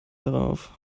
darauf